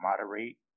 moderate